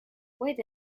wade